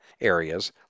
areas